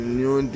new